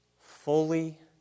fully